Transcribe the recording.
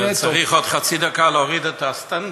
אני צריך עוד חצי דקה בשביל להוריד את הסטנדר.